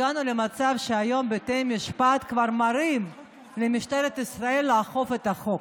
הגענו היום למצב שבתי המשפט כבר מורים למשטרת ישראל לאכוף את החוק,